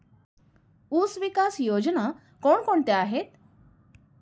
ऊसविकास योजना कोण कोणत्या आहेत?